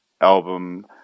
album